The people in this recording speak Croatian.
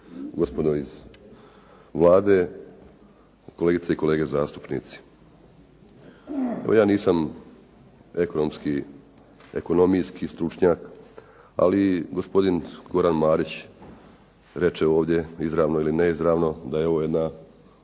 gospodo iz Vlade, kolegice i kolege zastupnici. Evo ja nisam ekonomijski stručnjak ali Goran Marić reče ovdje izravno ili neizravno da je ovo jedna